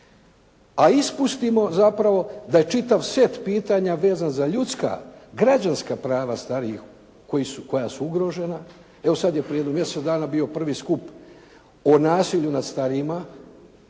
a ispustimo zapravo da je čitav set pitanja vezan za ljudska, građanska prava starijih koja su ugrožena. Evo, sad je prije jedno mjesec dana bio prvi skup o nasilju nad starijima.